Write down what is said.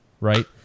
right